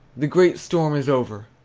the great storm is over!